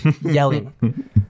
yelling